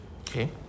okay